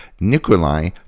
Nikolai